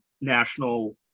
national